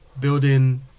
building